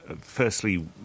Firstly